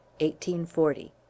1840